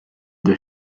the